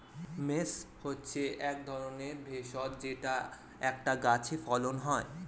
mace হচ্ছে এক ধরনের ভেষজ যেটা একটা গাছে ফলন হয়